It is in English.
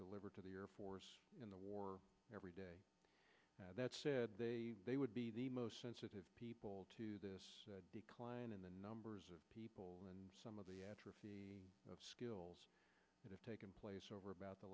deliver to the air force in the war every day that said they would be the most sensitive people to this decline in the numbers of people and some of the atrophy of skills that have taken place over about the